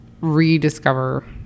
rediscover